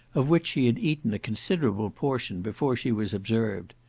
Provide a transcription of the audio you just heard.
of which she had eaten a considerable portion before she was observed.